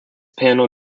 panel